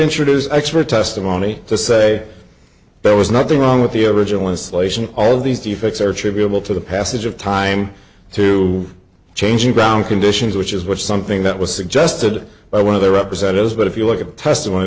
introduce expert testimony to say there was nothing wrong with the original installation all these defects are attributable to the passage of time to changing ground conditions which is what something that was suggested by one of the representatives but if you look at the testimony